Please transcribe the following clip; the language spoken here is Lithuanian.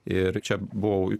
ir čia buvo